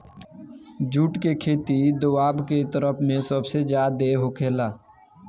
जुट के खेती दोवाब के तरफ में सबसे ज्यादे होखेला